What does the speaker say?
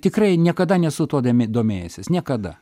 tikrai niekada nesu tuo dome domėjęsis niekada